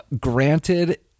Granted